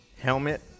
helmet